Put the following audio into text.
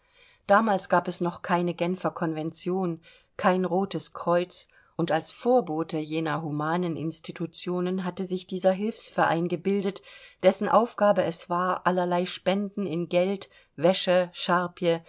damals gab es noch keine genfer konvention kein rotes kreuz und als vorbote jener humanen institutionen hatte sich dieser hilfsverein gebildet dessen aufgabe es war allerlei spenden in geld wäsche charpie